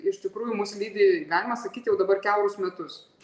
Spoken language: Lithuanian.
iš tikrųjų mus lydi galima sakyt jau dabar kiaurus metus